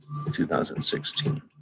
2016